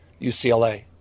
UCLA